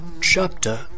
Chapter